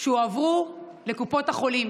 שהועברו לקופות החולים